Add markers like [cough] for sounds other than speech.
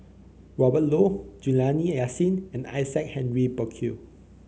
Robert [unintelligible] Juliana Yasin and Isaac Henry Burkill